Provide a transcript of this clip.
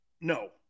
No